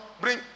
bring